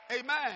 Amen